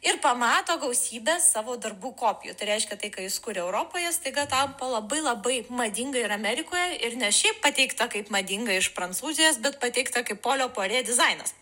ir pamato gausybę savo darbų kopijų tai reiškia tai ką jis kuria europoje staiga tampa labai labai madinga ir amerikoje ir ne šiaip pateikta kaip madinga iš prancūzijos bet pateikta kaip polio porė dizainas